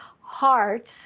hearts